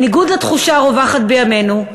בניגוד לתחושה הרווחת בימינו,